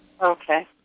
Okay